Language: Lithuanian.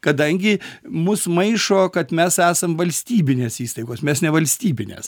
kadangi mus maišo kad mes esam valstybinės įstaigos mes ne valstybinės